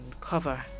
cover